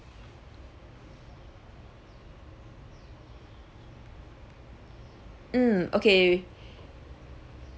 mm okay